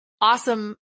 awesome